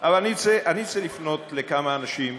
אבל אני רוצה לפנות לכמה אנשים,